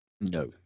No